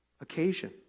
occasion